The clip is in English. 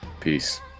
Peace